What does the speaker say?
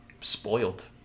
Spoiled